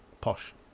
posh